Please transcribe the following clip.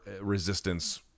resistance